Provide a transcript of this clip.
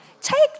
Take